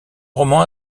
roman